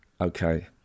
Okay